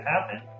happen